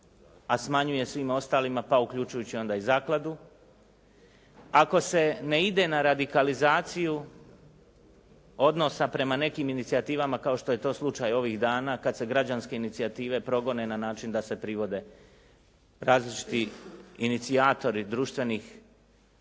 a smanjuje svim ostalim pa uključuje onda i zakladu. Ako se ne ide na radikalizaciju odnosa prema nekim inicijativama kao što je to slučaj ovih dana kada se građanske inicijative progone na način da se privode različiti inicijatori društvenih